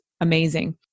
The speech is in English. amazing